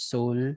Soul